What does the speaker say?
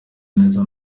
neza